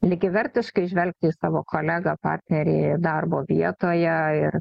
lygiavertiškai žvelgti į savo kolegą partnerį darbo vietoje ir